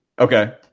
okay